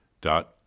dot